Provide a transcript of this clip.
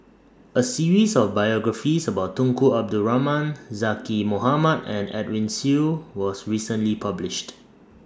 A series of biographies about Tunku Abdul Rahman Zaqy Mohamad and Edwin Siew was recently published